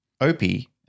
Opie